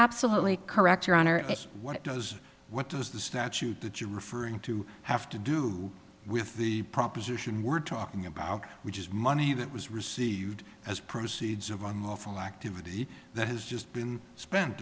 absolutely correct your honor that's what it does what does the statute that you're referring to have to do with the proposition we're talking about which is money that was received as proceeds of unlawful activity that has just been spent